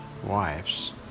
wives